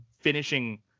finishing